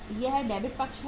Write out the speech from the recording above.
यह डेबिट पक्ष है